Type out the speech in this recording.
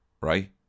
right